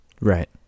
Right